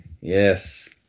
Yes